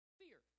fear